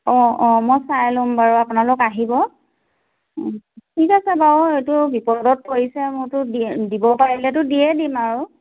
অঁ অঁ মই চাই ল'ম বাৰু আপোনালোক আহিব ঠিক আছে বাৰু এইটো বিপদত পৰিছে মোৰতো দি দিব পাৰিলেতো দিয়ে দিম আৰু